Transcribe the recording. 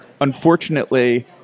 unfortunately